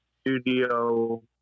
studio